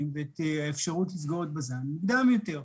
ואת האפשרות לסגור את בזן מוקדם יותר.